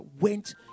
went